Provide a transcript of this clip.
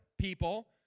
people